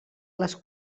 les